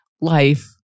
life